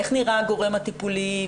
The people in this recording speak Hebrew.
איך נראה הגורם הטיפולי,